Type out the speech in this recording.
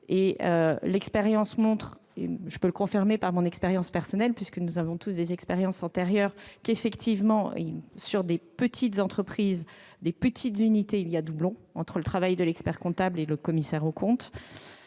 et l'expérience montre- je peux le confirmer par mon expérience personnelle, puisque nous avons tous des expériences antérieures -que, sur des petites entreprises ou des petites unités, le travail de l'expert-comptable et celui du commissaire aux comptes